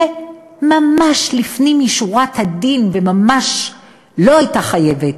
וממש לפנים משורת הדין, ממש לא הייתה חייבת,